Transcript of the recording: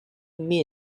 mean